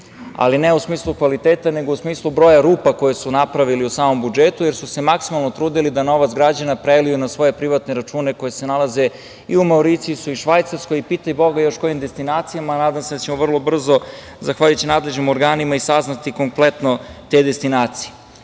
ali ne u smislu kvaliteta, nego u smislu broja rupa koje su napravili u samom budžetu, jer su se maksimalno trudili da novac građana preliju na svoje privatne račune koji se nalaze i u Mauricijusu i u Švajcarskoj i pitaj boga još kojim destinacijama, a nadam se da ćemo vrlo brzo, zahvaljujući nadležnim organima i saznati kompletno te destinacije.Za